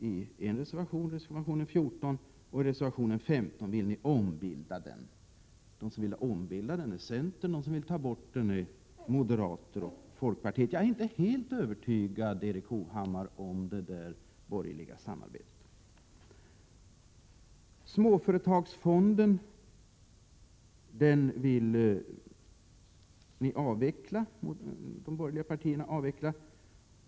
I reservation 14 vill moderater och folkpartister ta bort dess verksamhet, och i reservation 15 vill centern ombilda den. Jag är inte helt övertygad om det borgerliga samarbetet, Erik Hovhammar. Småföretagsfonden vill de borgerliga partierna avveckla.